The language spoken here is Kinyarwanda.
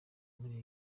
muri